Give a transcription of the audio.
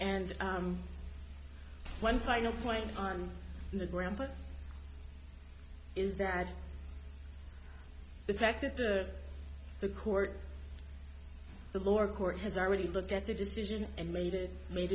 and one final point on the ground but is that the fact that the court the lower court has already looked at the decision and made it made